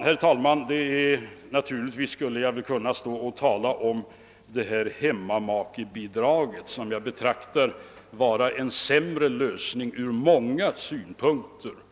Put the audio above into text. Herr talman! Naturligtvis skulle jag kunna tala om hemmamakebidraget, som jag från många synpunkter betraktar som en sämre lösning.